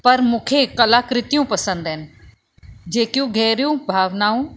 परि मूंखे कलाकृतियूं पसंदि आहिनि जेकियूं गहिरियूं भावनाऊं